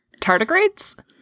tardigrades